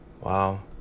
Wow